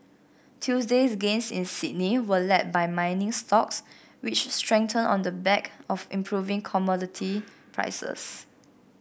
Tuesday's gains in Sydney were led by mining stocks which strengthened on the back of improving commodity prices